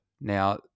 Now